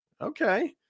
Okay